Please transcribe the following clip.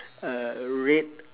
uh red